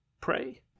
pray